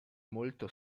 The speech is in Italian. molto